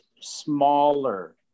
smaller